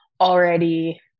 already